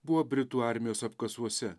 buvo britų armijos apkasuose